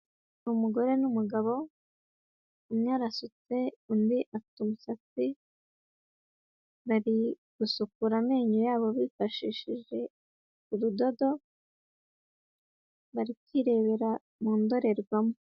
Umugore n'umugabo umwe arasutse undi afite umusatsi, bari gusukura amenyo yabo bifashishije urudodo, bari kwirebera mu ndorerwamo.